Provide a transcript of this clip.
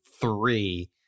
three